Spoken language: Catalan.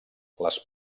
les